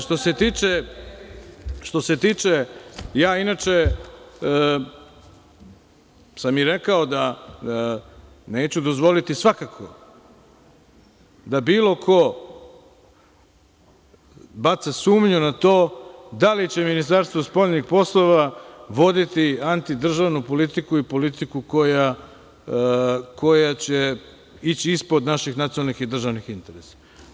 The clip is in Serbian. Što se tiče, ja inače sam i rekao da neću dozvoliti svakako da bilo ko baca sumnju na to da li će Ministarstvo spoljnih poslova voditi anti-državnu politiku i politiku koja će ići ispod naši nacionalnih i državnih interesa.